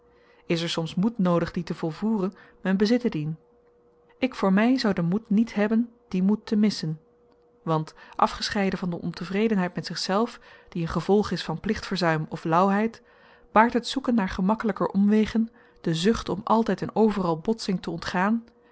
is er soms moed noodig dien te volvoeren men bezitte dien ik voor my zou den moed niet hebben dien moed te missen want afgescheiden van de ontevredenheid met zichzelf die een gevolg is van plichtverzuim of lauwheid baart het zoeken naar gemakkelyker omwegen de zucht om altyd en overal botsing te ontgaan